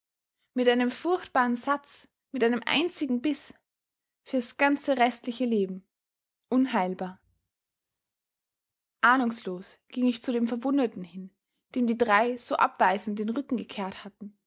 mit einem furchtbaren satz mit einem einzigen biß für's ganze restliche leben unheilbar ahnungslos ging ich zu dem verwundeten hin dem die drei so abweisend den rücken gekehrt hatten